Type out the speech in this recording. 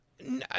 no